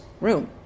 room